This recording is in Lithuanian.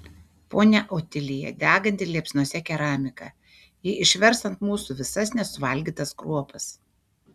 ponia otilija deganti liepsnose keramika ji išvers ant mūsų visas nesuvalgytas kruopas